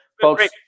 Folks